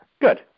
Good